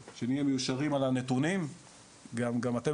על מנת שנהיה מיושרים על הנתונים,